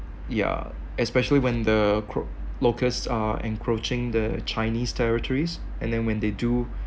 yeah especially when the cro~ locusts are encroaching the chinese territories and then when they do